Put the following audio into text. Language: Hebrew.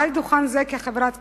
על דוכן זה, כחברת הכנסת.